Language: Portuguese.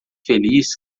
feliz